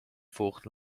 volgt